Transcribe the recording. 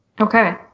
Okay